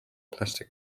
plastic